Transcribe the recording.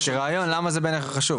הרעיון למה זה בעיניך חשוב,